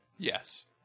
Yes